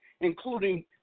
including